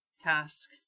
task